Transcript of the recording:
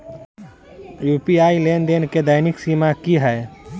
UPI लेनदेन केँ दैनिक सीमा की है?